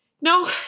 no